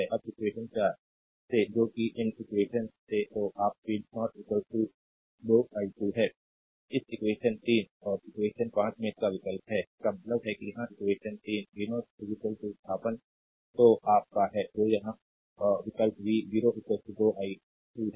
अब इक्वेशन 4 से जो कि इस इक्वेशन से तो आप का v0 2 i2 है इस इक्वेशन 3 और इक्वेशन 5 में इसका विकल्प है इसका मतलब है कि यहाँ इक्वेशन 3 v0 स्थानापन्न तो आप का है जो यहाँ कॉल विकल्प v0 2 i2 है